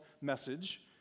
message